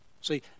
See